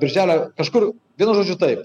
birželio kažkur vienu žodžiu taip